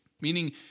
Meaning